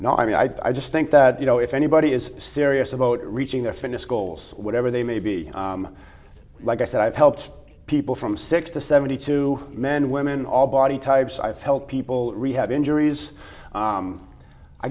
now i mean i just think that you know if anybody is serious about reaching their fitness goals whatever they may be like i said i've helped people from six to seventy two men and women all body types i've helped people